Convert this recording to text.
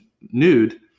nude